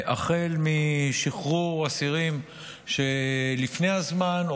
החל משחרור אסירים לפני הזמן,